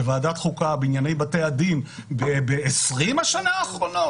בוועדת החוקה בענייני בתי הדין ב-20 השנה האחרונות?